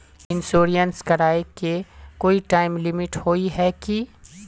Insurance कराए के कोई टाइम लिमिट होय है की?